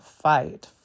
fight